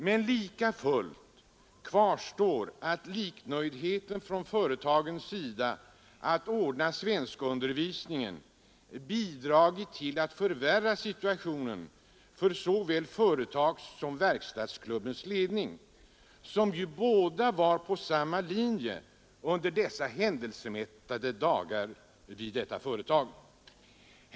Men lika fullt kvarstår att liknöjdheten från företagens sida när det gäller att ordna svenskundervisningen bidragit till att förvärra situationen för såväl företagsledningen som verkstadsklubbens ledning, som båda var på samma linje under dessa händelsemättade dagar vid detta företag.